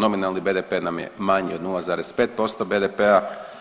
Nominalni BDP nam je manji od 0,5% BDP-a,